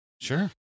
Sure